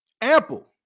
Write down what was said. ample